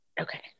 Okay